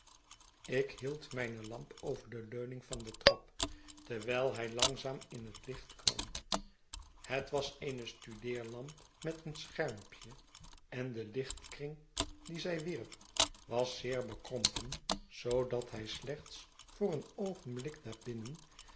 ik hield mijne lamp over de leuning van de trap terwijl hij langzaam in het licht kwam het was eene studeerlamp met een schermpje en de lichtkring dien zij wierp was zeer bekrompen zoodat hij slechts voor een oogenblik